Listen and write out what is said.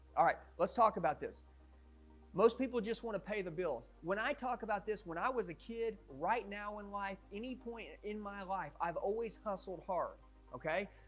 alright, let's talk about this most people just want to pay the bills when i talk about this when i was a kid right now in life any point in my life, i've always hustled hard okay,